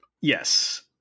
Yes